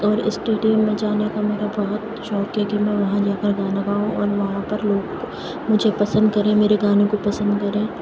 اور اسٹوڈیو میں جانے کا میرا بہت شوق ہے كہ میں وہاں جاكر گانا گاؤں اور وہاں پر لوگ مجھے پسند کریں میرے گانے کو پسند کریں